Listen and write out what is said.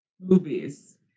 Movies